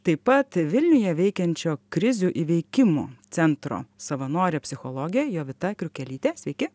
taip pat vilniuje veikiančio krizių įveikimo centro savanorė psichologė jovita kriukelytė sveiki